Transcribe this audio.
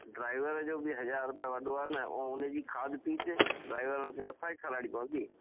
driver जो बि हज़ार रुपयो वॾो आहे न ऐं हुनजी खाध पीत ड्राइवर खे असांखे खाराइणी पवंदी